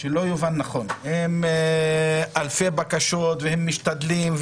יש לה אלפי בקשות והם משתדלים,